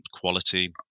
quality